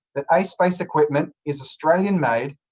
that a space equipment is australian made,